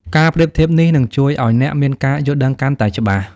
ការប្រៀបធៀបនេះនឹងជួយឱ្យអ្នកមានការយល់ដឹងកាន់តែច្បាស់។